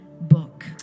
book